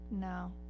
No